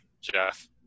Jeff